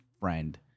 friend